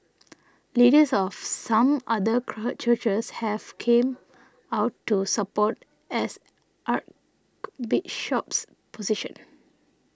leaders of some other churches have come out to support as Archbishop's position